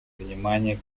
внимание